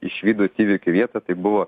išvydus įvykio vietą tai buvo